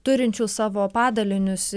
turinčių savo padalinius